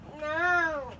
No